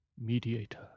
mediator